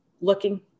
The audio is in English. looking